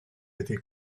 été